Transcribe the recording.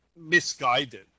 misguided